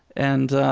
and,